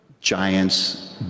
giants